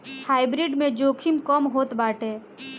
hybrid में जोखिम कम होत बाटे